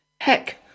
Heck